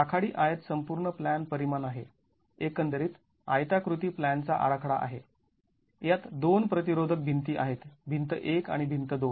राखाडी आयत संपूर्ण प्लॅन परिमाण आहे एकंदरीत आयता कृती प्लॅनचा आराखडा आहे यात दोन प्रतिरोधक भिंती आहेत भिंत १ आणि भिंत २